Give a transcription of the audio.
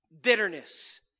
bitterness